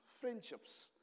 friendships